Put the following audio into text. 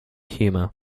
humor